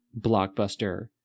blockbuster